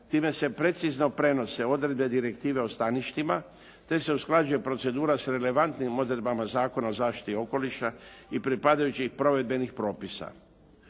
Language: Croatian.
Time se precizno prenose odredbe Direktive o staništima, te se usklađuje procedura s relevantnim odredbama Zakona o zaštiti okoliša i pripadajućih provedbenih propisa.